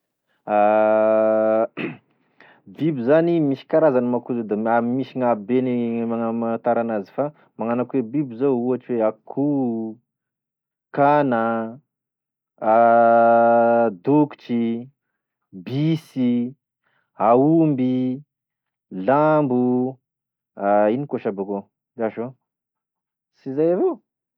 Biby zany misy karazany manko izy io da ma- misy gna habeny mana- amantarana azy fa magnano ko e biby zao ohatry hoe: akoho, kana, dokotry, bisy, aomby, lambo, ino koa sha bako, ndraso e sy zay evao.